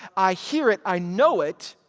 i hear it. i know it,